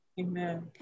Amen